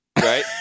right